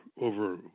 over